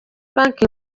banki